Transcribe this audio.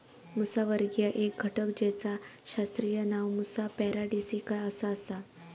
मुसावर्गीय एक घटक जेचा शास्त्रीय नाव मुसा पॅराडिसिका असा आसा